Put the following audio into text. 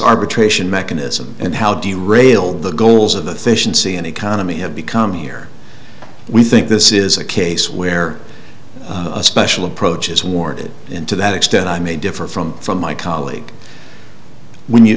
arbitration mechanism and how do you rail the goals of the fish and sea and economy have become here we think this is a case where a special approach is warranted and to that extent i may differ from from my colleague when you